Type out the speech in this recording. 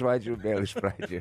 vadžių vėl iš pradžių